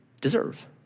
deserve